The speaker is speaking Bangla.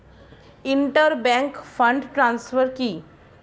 ইন্টার ব্যাংক ফান্ড ট্রান্সফার কি?